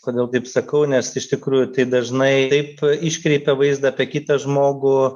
kodėl taip sakau nes iš tikrųjų tai dažnai taip iškreipia vaizdą apie kitą žmogų